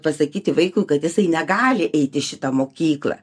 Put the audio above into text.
pasakyti vaikui kad jisai negali eit į šitą mokyklą